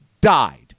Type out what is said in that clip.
died